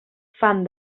fan